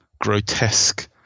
grotesque